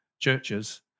Churches